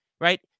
right